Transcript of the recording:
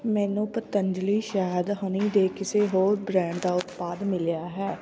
ਮੈਨੂੰ ਪਤੰਜਲੀ ਸ਼ਹਿਦ ਹਨੀ ਦੇ ਕਿਸੇ ਹੋਰ ਬ੍ਰਾਂਡ ਦਾ ਉਤਪਾਦ ਮਿਲਿਆ ਹੈ